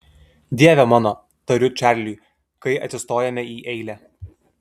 dieve mano tariu čarliui kai atsistojame į eilę